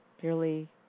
purely